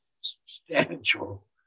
substantial